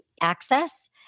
access